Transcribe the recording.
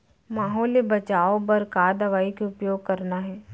माहो ले बचाओ बर का दवई के उपयोग करना हे?